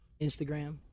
Instagram